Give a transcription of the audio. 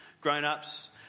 grown-ups